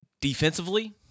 Defensively